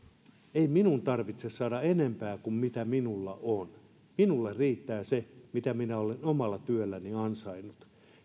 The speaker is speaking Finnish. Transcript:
ei minun tarvitse saada enempää kuin mitä minulla on minulle riittää se mitä minä olen omalla työlläni ansainnut